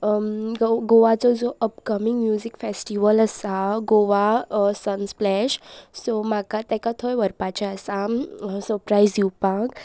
गोवाचो जो upcoming music festival आसा Goa Sunsplash so म्हाका ताका थंय व्हरपाचें आसा सप्रायज दिवपाक